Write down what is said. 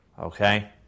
Okay